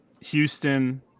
Houston